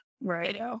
Right